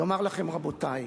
לומר לכם: רבותי,